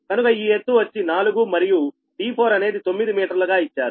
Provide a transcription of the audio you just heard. కనుక ఈ ఎత్తు వచ్చి 4 మరియు d4 అనేది 9 మీటర్లు గా ఇచ్చారు